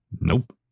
Nope